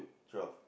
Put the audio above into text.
twelve